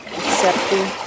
accepting